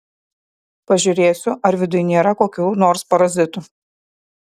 pažiūrėsiu ar viduj nėra kokių nors parazitų